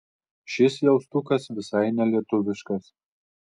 šis jaustukas visai nelietuviškas